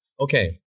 okay